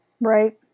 Right